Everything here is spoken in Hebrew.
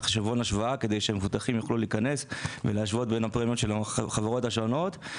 כדי שהמבוטחים יוכלו להיכנס ולהשוות בין הפרמיות של החברות השונות.